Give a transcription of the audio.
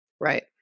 Right